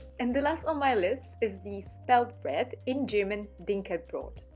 and the last on my list is the spelt bread. in german dinkelbrot.